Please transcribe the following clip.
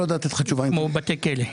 כמו בבתי כלא.